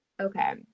Okay